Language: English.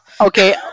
Okay